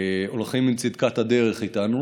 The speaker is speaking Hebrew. הולכים עם צדקת הדרך איתנו.